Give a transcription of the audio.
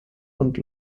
und